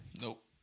Nope